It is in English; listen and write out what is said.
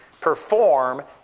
perform